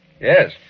Yes